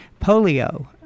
polio